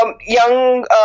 young